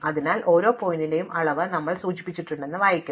അതിനാൽ ഓരോ ശീർഷകത്തിന്റെയും അളവ് ഞങ്ങൾ സൂചിപ്പിച്ചിട്ടുണ്ടെന്ന് വായിക്കും